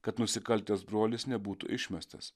kad nusikaltęs brolis nebūtų išmestas